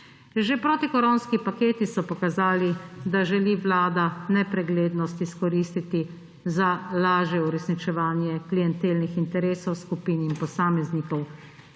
Že protikoronski paketi so pokazali, da želi Vlada nepreglednost izkoristiti za lažje uresničevanje klientelnih interesov skupin in posameznikov